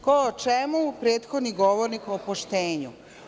Ko o čemu, prethodni govornik o poštenju.